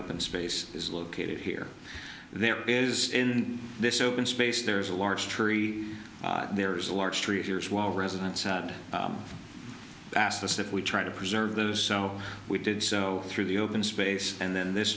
open space is located here there is in this open space there's a large tree there's a large tree of yours while residents asked us if we try to preserve those so we did so through the open space and then this